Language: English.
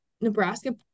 Nebraska